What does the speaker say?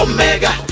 Omega